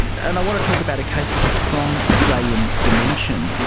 and i want to talk about a case with a strong australian dimension,